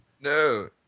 No